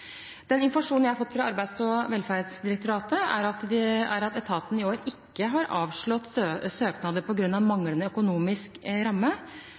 Den informasjonen jeg har fått fra Arbeids- og velferdsdirektoratet, er at etaten i år ikke har avslått søknader på grunn av manglende økonomisk ramme.